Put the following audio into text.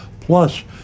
plus